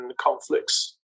conflicts